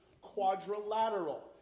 quadrilateral